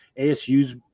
ASU's